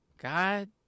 God